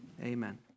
amen